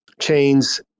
chains